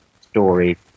story